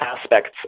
aspects